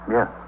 Yes